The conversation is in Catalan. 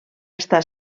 estar